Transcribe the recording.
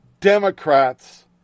Democrats